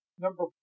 Number